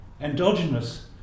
endogenous